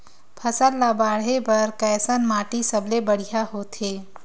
फसल ला बाढ़े बर कैसन माटी सबले बढ़िया होथे?